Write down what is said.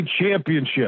championship